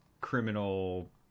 Criminal